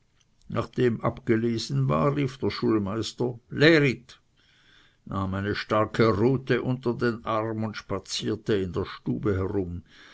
dem abgelesen war rief der schulmeister lerit nahm eine starke rute unter den arm und spazierte in der stube herum